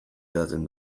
edaten